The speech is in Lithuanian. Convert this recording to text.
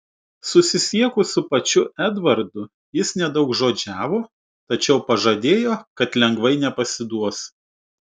susisiekus su pačiu edvardu jis nedaugžodžiavo tačiau pažadėjo kad lengvai nepasiduos